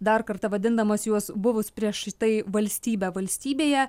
dar kartą vadindamas juos buvus prieš tai valstybe valstybėje